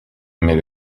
mais